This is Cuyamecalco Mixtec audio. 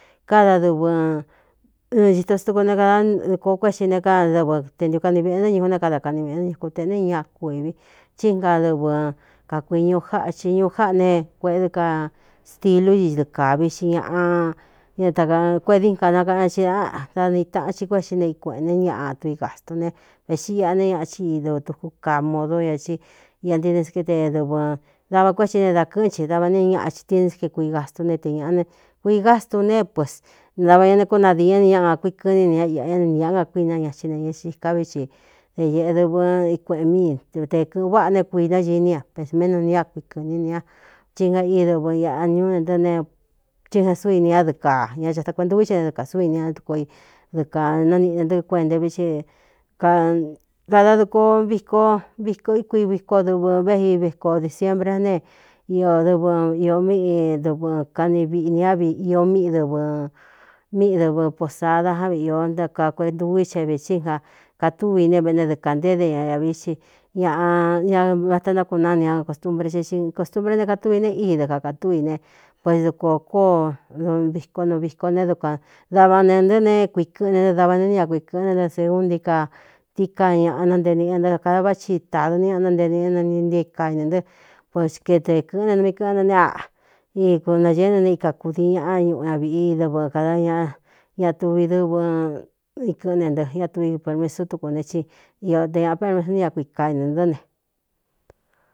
Káda dɨvɨ ɨɨ chitotuku ne kadadukōo kuéꞌxi ne ká dɨvɨ te ntiukani vēꞌe ntɨ́ ñuu né kada kaꞌni viꞌi nɨ́ ñukutēꞌne ña kuīvi thí nga dɨvɨ kakuiñu jáꞌa xhi ñuu jáꞌa ne kueꞌe dɨ ka stilú i dɨɨkā vi xi ñꞌa ña akuꞌedi n ka nakaꞌa ña hi da ni taꞌan xi kuéꞌxi ne ikueꞌen né ñaꞌa tuvi gāstu ne vēxi iꞌa ne ñaꞌachi ido tuku kaa modo ña í ia ntiden sete dɨvɨn dava kué ti ne da kɨ̄ꞌɨn chi dava ni ñaꞌaxhi tini s ke kui gastu ne te ñāꞌa ne kuii gastu ne pu dava ña né kónadii é né ñáꞌa nakui kɨní ne ña iꞌa ñánnīñꞌa nga kuína ña xi neñɨ xiká vií xi de ñēꞌe dɨvɨ i kueꞌen míite kɨ̄ꞌɨn váꞌa né kuina gi ní a pesméꞌ nu ni a kui kɨ̄ɨn ní ne ña chí nga íi dɨvɨ iꞌa ñuú ́chí jeꞌn súu ini ñadɨɨ kaa ña chata kuentūví he é né dɨ kāa súv ini ña dko dɨkananiꞌi ne ntɨɨ kuenta vi i kada duko viko viko íkui viko dɨvɨ véꞌiviko disiembre ne i dɨvɨ īō míꞌi dɨvɨ kani viꞌi nī ñ īō mꞌi dɨɨ míꞌi dɨvɨ posada já viꞌi īó ntá kakueꞌentuví xhe e vēxí jakatúvi ne veꞌ ne dɨɨ kā ntéé de ñavií xí ñꞌa ña vata ntákunáni ña kostumbre xé i kostumbre ne katúvi ne í dɨ kakātúv i ne pues dukō kóo viko nu viko ne dukuān dava ne ntɨ́ ne kuii kɨ́ꞌne ntɨ dava né n ña kui kɨ̄ꞌɨn é nɨ seúntií ka tií ka ñaꞌa nante niꞌi ñe ntá kada vá thi tādu ni ñꞌ nantee nīꞌɨ éna ni nti i ka nā ntɨ pues kedē kɨ̄ꞌɨn né numi kɨ̄ꞌ́n na ne aꞌa iinañēé nɨ ne ikakūdii ñaꞌa ñuꞌu ña viꞌi dɨvɨ kada ña ña tuvi dɨvɨ ikɨ́ꞌɨn ne ntɨ ña tuvi dpermesu tuku ne i te ñāꞌa permetó ni ña kuika inā ntɨ́ ne.